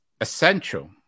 essential